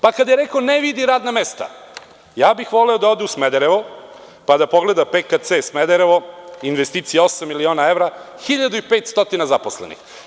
Pa, kada je rekao da ne vidi radna mesta, ja bih voleo da ode u Smederevo, pa da pogleda PKC-e Smederevo, investicija osam miliona evra, 1500 zaposlenih.